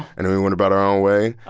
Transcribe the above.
and then we went about our own way.